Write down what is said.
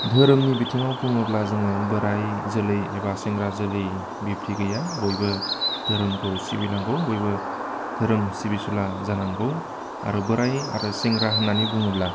धोरोमनि बिथिङाव बुङोब्ला जोङो बोराइ जोलै एबा सेंग्रा जोलै बिबदि गैया बयबो धोरोमखौ सिबिनांगौ बयबो धोरोम सिबिसुला जानांगौ आरो बोराइ आरो सेंग्रा होननानै बुङोब्ला